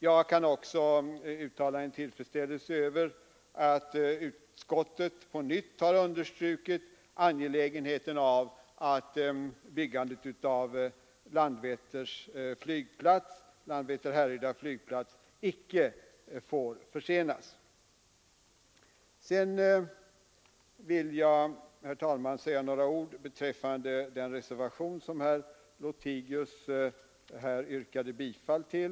Jag kan också uttala en tillfredsställelse över att utskottet på nytt har understrukit angelägenheten av att byggandet av flygplatsen Landvetter vid Härryda icke får försenas. Vidare vill jag, herr talman, säga några ord beträffande den reservation som herr Lothigius här yrkade bifall till.